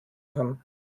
kann